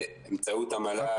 באמצעות המל"ל,